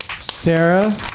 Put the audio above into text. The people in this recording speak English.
sarah